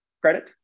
credit